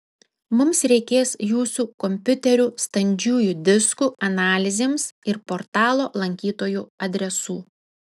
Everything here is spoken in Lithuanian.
mums reikės jūsų kompiuterių standžiųjų diskų analizėms ir portalo lankytojų adresų